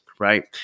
right